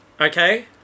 Okay